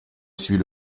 suis